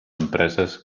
empreses